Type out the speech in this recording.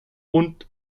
und